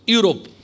Europe